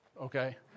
okay